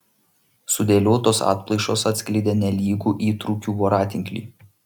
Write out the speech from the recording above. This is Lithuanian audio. sudėliotos atplaišos atskleidė nelygų įtrūkių voratinklį